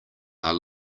are